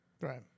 Right